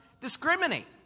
discriminate